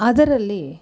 ಅದರಲ್ಲಿ